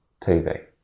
TV